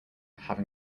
having